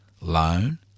loan